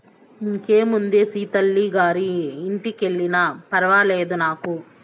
ఇంకేముందే సీతల్లి గారి ఇంటికెల్లినా ఫర్వాలేదు నాకు